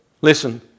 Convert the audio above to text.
Listen